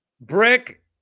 Brick